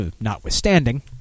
notwithstanding